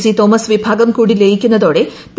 C Thomas വിഭാഗം കൂടി ലയിക്കുന്നതോടെ പി